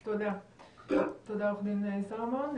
תודה, עורך הדין סלומון.